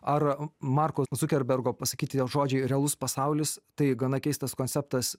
ar marko zukerbergo pasakyti tie žodžiai realus pasaulis tai gana keistas konceptas